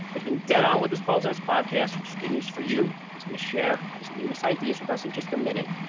he's been dead on with his calls in this podcast, which is good news for you. he's going to share his newest ideas with us in just a minute,